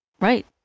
Right